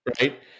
Right